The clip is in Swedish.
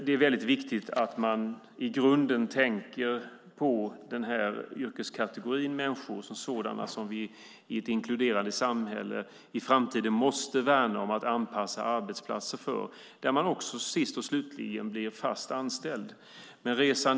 Det är viktigt att i grunden tänka på denna yrkeskategori människor som vi i ett inkluderande samhälle i framtiden måste värna om och anpassa arbetsplatser för, så att de slutligen får en fast anställning där.